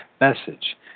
message